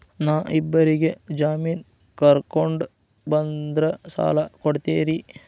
ನಾ ಇಬ್ಬರಿಗೆ ಜಾಮಿನ್ ಕರ್ಕೊಂಡ್ ಬಂದ್ರ ಸಾಲ ಕೊಡ್ತೇರಿ?